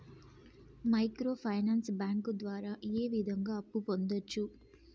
micro finance bank ద్వారా ఏ విధంగా అప్పు పొందొచ్చు